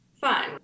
fun